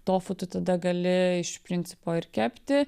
tofu tu tada gali iš principo ir kepti